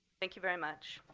thank you very much.